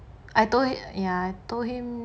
I told him ya I told him